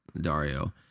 Dario